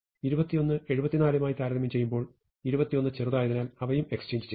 21 74 ഉമായി താരതമ്യം ചെയ്യുമ്പോൾ 21 ചെറുതായതിനാൽ അവയും എക്സ്ചേഞ്ച് ചെയ്യും